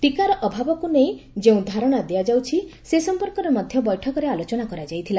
ଟିକାର ଅଭାବକୁ ନେଇ ଯେଉଁ ଧାରଣା ଦିଆଯାଉଛି ସେ ସମ୍ପର୍କରେ ମଧ୍ୟ ବୈଠକରେ ଆଲୋଚନା କରାଯାଇଥିଲା